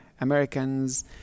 Americans